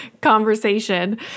conversation